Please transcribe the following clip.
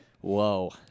whoa